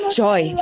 joy